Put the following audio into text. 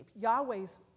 Yahweh's